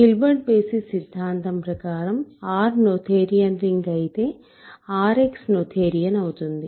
Hilbert basis సిద్ధాంతం ప్రకారం R Noetherian ring అయితే RX నోథేరియన్ అవుతుంది